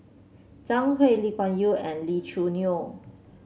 Zhang Hui Lee Kuan Yew and Lee Choo Neo